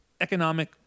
economic